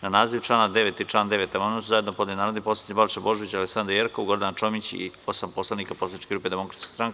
Na naziv člana 9. i član 9. amandman su zajedno podneli narodni poslanici Balša Božović, Aleksandra Jerkov, Gordana Čomić i osam poslanika poslaničke grupe Demokratska stranka.